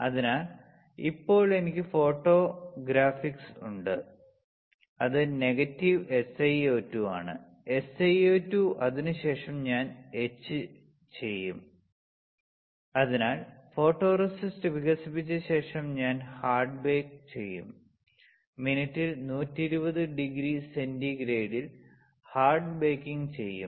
അതിനാൽ ഇപ്പോൾ എനിക്ക് ഫോട്ടോഗ്രാഫിസ്റ്റ് ഉണ്ട് അത് നെഗറ്റീവ് SiO2 ആണ് SiO2 അതിനുശേഷം ഞാൻ എച്ച്ച്ച് ചെയ്യും അതിനാൽ ഫോട്ടോറെസിസ്റ്റ് വികസിപ്പിച്ച ശേഷം ഞാൻ ഹാർഡ് ബേക്ക് ചെയ്യും മിനിറ്റിൽ 120 ഡിഗ്രി സെന്റിഗ്രേഡൽ ഹാർഡ് ബേക്കിംഗ് ചെയ്യും